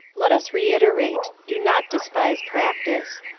let us reiterate, do not despise practise.